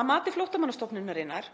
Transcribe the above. Að mati Flóttamannastofnunarinnar